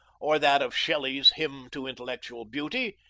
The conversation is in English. or that of shelley's hymn to intellectual beauty,